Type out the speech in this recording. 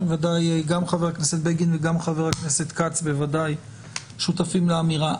גם חה"כ בגין וגם חה"כ כץ בוודאי שותפים לאמירה.